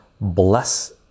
Bless